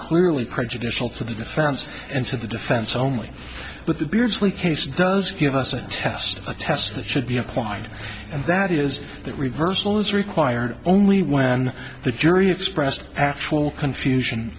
clearly prejudicial to the defense and to the defense only but the beardsley case does give us a test a test that should be applied and that is that reversal is required only when the jury expressed actual confusion